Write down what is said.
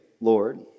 Lord